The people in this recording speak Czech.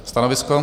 Stanovisko?